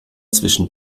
zwischen